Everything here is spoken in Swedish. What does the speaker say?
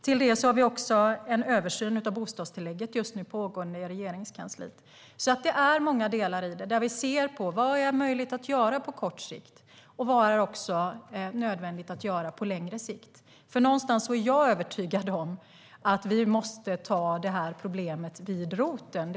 Till det har vi också en översyn av bostadstillägget just nu pågående i Regeringskansliet. Det är många delar i det där vi ser på: Vad har jag möjlighet att göra på kort sikt, och vad är också nödvändigt att göra på längre sikt? Någonstans är jag övertygad om att vi måste ta problemet vid roten.